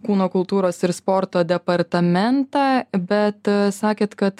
kūno kultūros ir sporto departamentą bet sakėt kad